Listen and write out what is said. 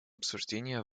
обсуждения